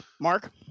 Mark